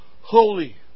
Holy